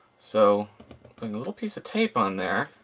so put a little piece of tape on there.